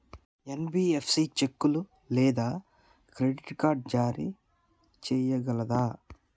NBFC చెక్కులు లేదా credit card జారీ చేయగలదా?